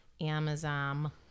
Amazon